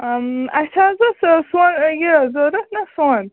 اَسہِ حظ اوس یہِ ضوٚرَتھ نَہ سۄن